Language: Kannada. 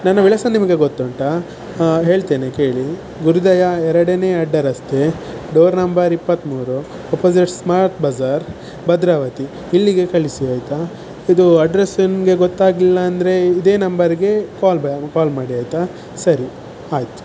ನನ್ನ ವಿಳಾಸ ನಿಮಗೆ ಗೊತ್ತುಂಟಾ ಹೇಳ್ತೇನೆ ಕೇಳಿ ಗುರುದಯಾ ಎರಡನೇ ಅಡ್ಡ ರಸ್ತೆ ಡೋರ್ ನಂಬರ್ ಇಪ್ಪತ್ತ್ಮೂರು ಅಪೋಸಿಟ್ ಸ್ಮಾರ್ಟ್ ಬಜಾರ್ ಭದ್ರಾವತಿ ಇಲ್ಲಿಗೆ ಕಳಿಸಿ ಆಯಿತಾ ಇದು ಅಡ್ರೆಸ್ಸ್ ನಿಮಗೆ ಗೊತ್ತಾಗ್ಲಿಲ್ಲಾಂದ್ರೆ ಇದೇ ನಂಬರ್ಗೆ ಕಾಲ್ ಬ್ಯಾ ಕಾಲ್ ಮಾಡಿ ಆಯ್ತಾ ಸರಿ ಆಯಿತು